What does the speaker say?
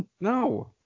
No